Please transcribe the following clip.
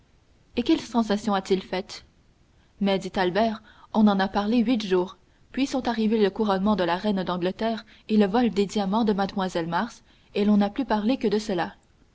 et quelle sensation a-t-il faite mais dit albert on en a parlé huit jours puis sont arrivés le couronnement de la reine d'angleterre et le vol des diamants de mlle mars et l'on n'a plus parlé que de cela